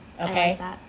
Okay